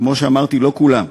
כמו שאמרתי, לא כולם,